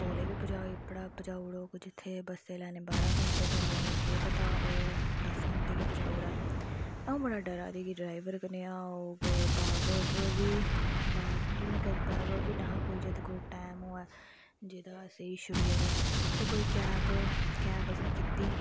ते तौले बी पुज्जाई ओड़ग जित्थें बस्सै लैने बारां घैंटे ते ओह् केह् पता ओह् दस्स घैंटे ई गै पुज्जाई ओड़े अंऊ बड़ा डरा दी ही की डरैबर कनेहा होग ते बाकब बी निहां की जेह्दे कोल कोई टैम होऐ जेह्ड़ा असें ई छुड़ी आवै ते कोई कैब कैब असें कीती